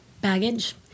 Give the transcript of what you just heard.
baggage